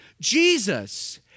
Jesus